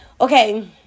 Okay